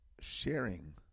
sharing